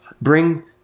bring